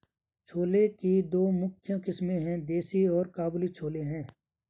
छोले की दो मुख्य किस्में है, देसी और काबुली छोले हैं